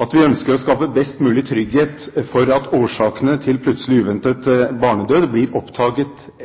at vi ønsker å skaffe best mulig trygghet for at årsakene til plutselig og uventet barnedød blir oppdaget og